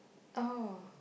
oh